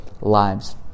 lives